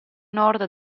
nord